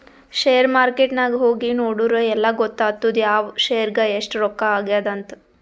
share market ನಾಗ್ ಹೋಗಿ ನೋಡುರ್ ಎಲ್ಲಾ ಗೊತ್ತಾತ್ತುದ್ ಯಾವ್ ಶೇರ್ಗ್ ಎಸ್ಟ್ ರೊಕ್ಕಾ ಆಗ್ಯಾದ್ ಅಂತ್